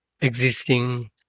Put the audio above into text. existing